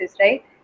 right